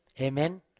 Amen